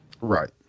Right